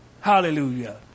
Hallelujah